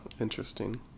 interesting